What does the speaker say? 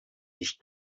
sich